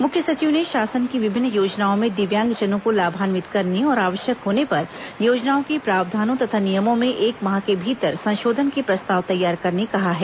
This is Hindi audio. मुख्य सचिव ने शासन की विभिन्न योजनाओं में दिव्यांगजनों को लाभान्वित करने और आवश्यक होने पर योजनाओं के प्रावधानों तथा नियमों में एक माह के भीतर संशोधन के प्रस्ताव तैयार करने कहा है